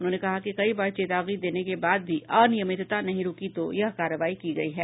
उन्होंने कहा कि कई बार चेतावनी देने के बाद भी अनियमितता नहीं रूकी तो यह कार्रवाई की गयी है